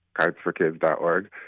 cardsforkids.org